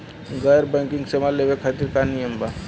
गैर बैंकिंग सेवा लेवे खातिर का नियम बा?